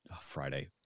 Friday